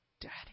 Daddy